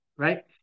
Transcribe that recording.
Right